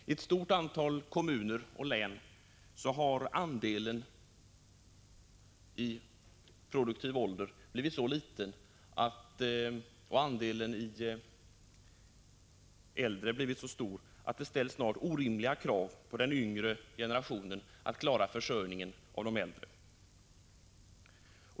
I ett stort antal kommuner och län har andelen personer i produktiv ålder blivit så liten och andelen äldre blivit så stor att det ställs orimliga krav på den yngre generationen för att klara försörjningen av de äldre.